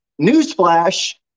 Newsflash